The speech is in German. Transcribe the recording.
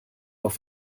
auf